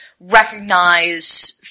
recognize